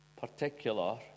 particular